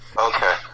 okay